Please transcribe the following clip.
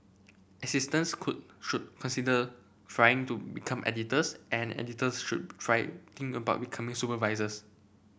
assistants could should consider trying to become editors and editors should try think about becoming supervisors